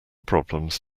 problems